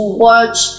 watch